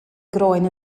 groen